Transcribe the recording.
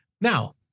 Now